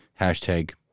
hashtag